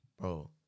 Bro